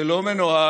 זה לא מנוהל,